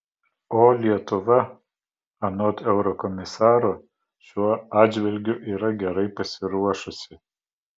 o lietuva anot eurokomisaro šiuo atžvilgiu yra gerai pasiruošusi